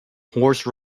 horse